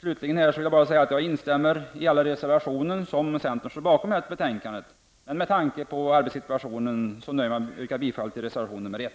Jag instämmer slutligen i alla de reservationer som centern står bakom i detta betänkande, men med tanke på arbetssituationen nöjer jag mig med att yrka bifall till reservation 1.